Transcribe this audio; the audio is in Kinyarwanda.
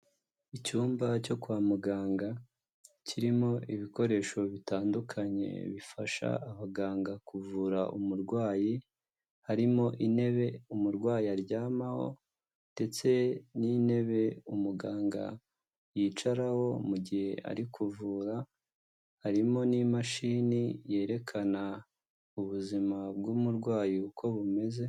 Icyumba cyo kwa muganga kirimo ibikoresho bitandukanye bifasha abaganga kuvura umurwayi, harimo intebe umurwayi aryamaho ndetse n'intebe umuganga yicaraho mu gihe ari kuvura, harimo n'imashini yerekana ubuzima bw'umurwayi uko bumeze.